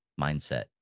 mindset